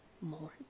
more